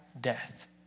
death